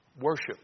worship